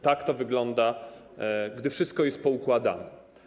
Tak to wygląda, gdy wszystko jest poukładane.